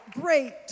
great